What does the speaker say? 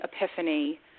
epiphany